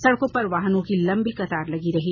सड़कों पर वाहनों की लम्बी कतार लगी रही